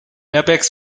airbags